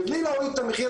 מבלי להוריד את המחיר,